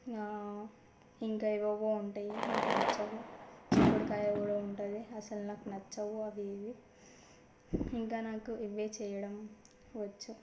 నా ఇంకా ఏవేవో ఉంటాయి నాకు నచ్చవు చిక్కుడుకాయ కూడా ఉంటుంది అసలు నాకు నచ్చవు అవి ఇంకా నాకు ఇవే చేయడం వచ్చు